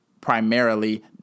primarily